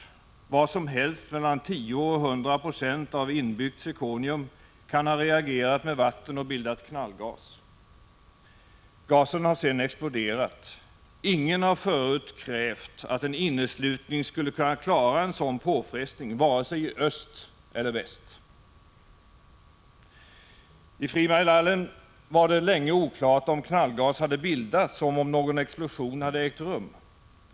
Vad som helst mellan 10 och 100 96 av inbyggt zirkonium kan ha reagerat med vatten och bildat knallgas. Gasen har sedan exploderat. Ingen har förut, varken i öst eller i väst, krävt att en inneslutning skulle kunna klara en sådan påfrestning. I Three Mile Island var det länge oklart om knallgas hade bildats och om någon explosion hade ägt rum.